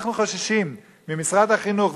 אנחנו חוששים ממשרד החינוך,